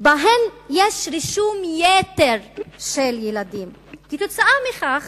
שבהן יש רישום יתר של ילדים וכתוצאה מכך